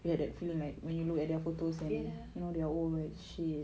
ya